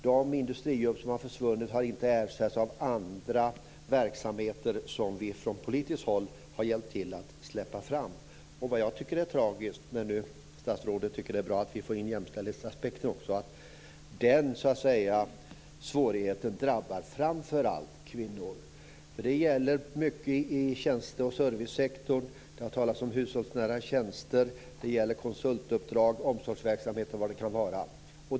De industrijobb som har försvunnit har inte ersatts av andra verksamheter som vi från politiskt håll har hjälpt till att släppa fram. Vad jag tycker är tragiskt, vilket jag kan säga när nu statsrådet säger att hon tycker att det är bra att vi också får in jämställdhetsaspekten, är att den svårigheten framför allt drabbar kvinnor. Det gäller mycket i tjänste och servicesektorn. Det har talats om hushållsnära tjänster. Det gäller t.ex. konsultuppdrag och omsorgsverksamhet.